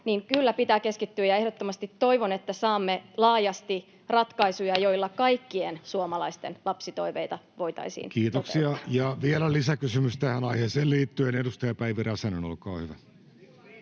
niin kyllä pitää keskittyä tähän. Ja ehdottomasti toivon, että saamme laajasti ratkaisuja, joilla kaikkien suomalaisten lapsitoiveita voitaisiin toteuttaa. Kiitoksia. — Vielä lisäkysymys tähän aiheeseen liittyen, edustaja Päivi Räsänen, olkaa hyvä.